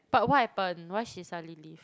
but what happen why she suddenly leave